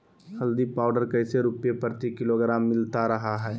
हल्दी पाउडर कैसे रुपए प्रति किलोग्राम मिलता रहा है?